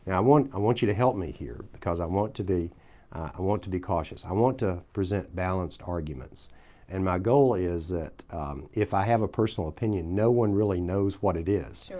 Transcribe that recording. i want i want you to help me here because i want to be i want to be cautious. i want to present balanced arguments and my goal is that if i have a personal opinion, no one really knows what it is. yeah